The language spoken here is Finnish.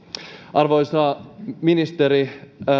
arvoisa ministeri